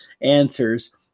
answers